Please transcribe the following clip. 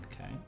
okay